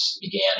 began